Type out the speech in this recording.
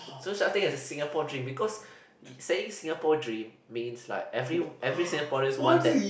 so should I think it's a Singapore dream because saying Singapore dream means like every every Singaporeans want that